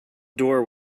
door